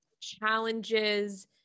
challenges